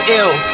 ill